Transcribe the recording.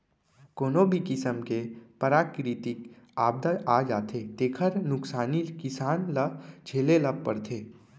कोनो भी किसम के पराकिरितिक आपदा आ जाथे तेखर नुकसानी किसान ल झेले ल परथे